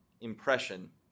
impression